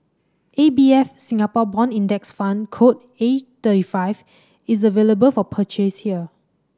A B F Singapore Bond Index Fund code A thirty five is available for purchase here